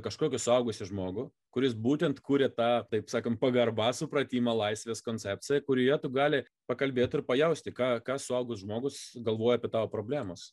kažkokį suaugusį žmogų kuris būtent kukia tą taip sakant pagarbą supratimą laisvės koncepciją kurioje tu gali pakalbėt ir pajausti ką ką suaugęs žmogus galvoja apie tavo problemas